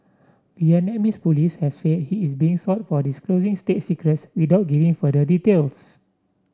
Vietnamese police have said he is being sought for disclosing state secrets without giving further details